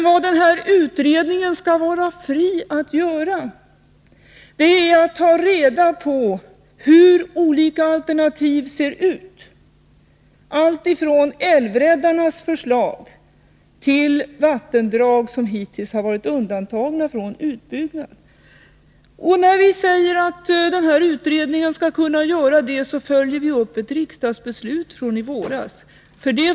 Vad denna utredning skall vara fri att göra är att ta reda på hur olika alternativ ser ut, alltifrån älvräddarnas förslag till förslag som gäller de vattendrag som hittills varit undantagna från utbyggnad. Och när vi säger att denna utredning skall kunna göra detta, följer vi upp ett riksdagsbeslut från i våras.